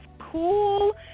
cool